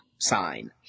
sign